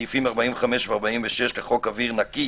לסגירה לפי סעיפים 45 ו-46 לחוק אוויר נקי.